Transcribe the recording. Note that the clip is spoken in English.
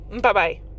Bye-bye